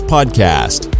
Podcast